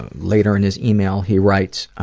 later in his email, he writes